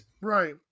Right